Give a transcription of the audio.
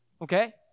Okay